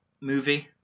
movie